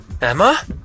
Emma